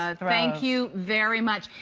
ah thank you very much.